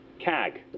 CAG